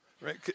right